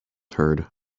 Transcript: heard